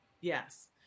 yes